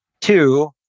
Two